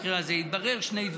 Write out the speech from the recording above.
במקרה הזה התבררו שני דברים.